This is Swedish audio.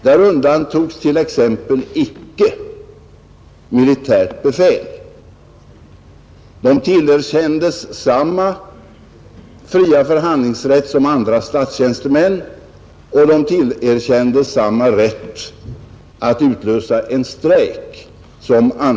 Där undantogs t.ex. icke militärt befäl. De tillerkändes samma fria förhandlingsrätt som andra statstjänstemän och samma rätt att utlösa en strejk.